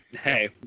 Hey